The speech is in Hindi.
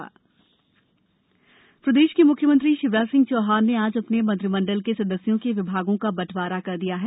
प्रदेश मंत्री विभाग प्रदेश के मुख्यमंत्री शिवराज सिंह चौहान ने आज अपने मंत्रिमंडल के सदस्यों के विभागों का बंटवारा कर दिया है